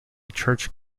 church